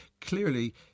clearly